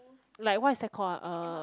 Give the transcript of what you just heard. like what is that call ah uh